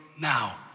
now